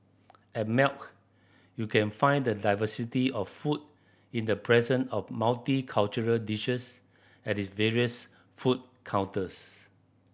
at Melt you can find the diversity of food in the presence of multicultural dishes at its various food counters